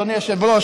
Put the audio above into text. אדוני היושב-ראש,